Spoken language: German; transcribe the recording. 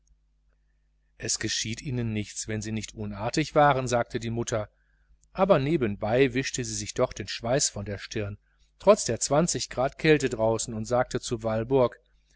geschieht ihnen nichts wenn sie nicht unartig waren sagte die mutter aber nebenbei wischte sie sich doch den schweiß von der stirne trotz der zwanzig grad kälte draußen und sagte zu walburg